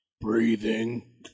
Breathing